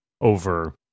over